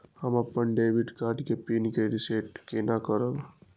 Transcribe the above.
हम अपन debit card के पिन के रीसेट केना करब?